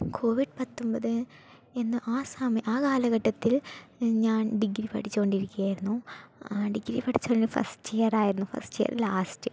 Covid പത്തൊമ്പത് എന്ന ആ കാലഘട്ടത്തിൽ ഞാൻ ഡിഗ്രി പഠിച്ചുകൊണ്ടിരിക്കുകയായിരുന്നു ഡിഗ്രി പഠിച്ച് കഴിഞ്ഞ് ഫസ്റ്റ് ഇയർ ആയിരുന്നു ഫസ്റ്റ് ഇയർ ലാസ്റ്റ്